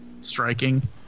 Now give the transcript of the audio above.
striking